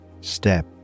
step